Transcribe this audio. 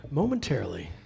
momentarily